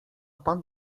pan